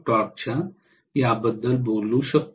आता मी याबद्दल बोलू शकतो